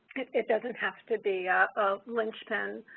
it doesn't have to be a linchpin